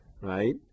right